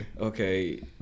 Okay